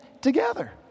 together